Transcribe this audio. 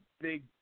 big